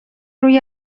روی